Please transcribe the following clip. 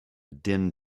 din